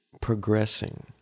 progressing